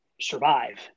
survive